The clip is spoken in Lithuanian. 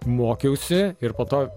mokiausi ir po to